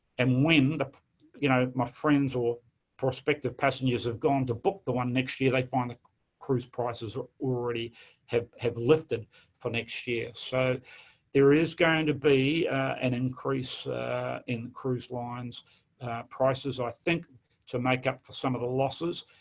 and when, you know, my friends, or prospective passengers, have gone to book the one next year, they found the cruise prices already have have lifted for next year. so there is going to be an increase in cruise-lines prices i think to make up for some of the losses.